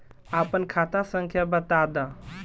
आपन खाता संख्या बताद